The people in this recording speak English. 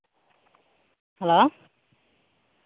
hello